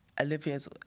Olivia's